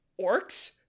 orcs